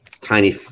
tiny